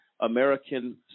American